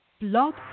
Blog